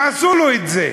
יעשו לו את זה.